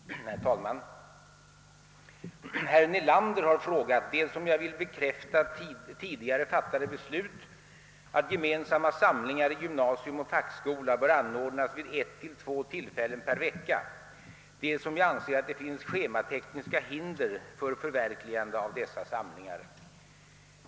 Herr talman! Herr Nelander har frågat dels om jag vill bekräfta tidigare fattade beslut, att gemensamma samlingar i gymnasium och fackskola bör anordnas vid ett till två tillfällen per vecka, dels om jag anser att det finns schematekniska hinder för förverkligande av dessa samlingar.